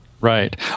Right